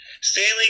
Stanley